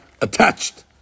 attached